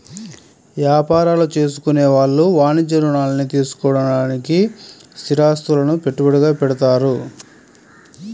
యాపారాలు చేసుకునే వాళ్ళు వాణిజ్య రుణాల్ని తీసుకోడానికి స్థిరాస్తులను పెట్టుబడిగా పెడతారు